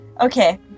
okay